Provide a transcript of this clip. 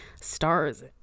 stars